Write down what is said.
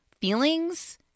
feelings